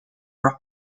are